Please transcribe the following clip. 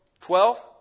Twelve